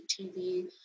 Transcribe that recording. TV